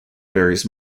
varies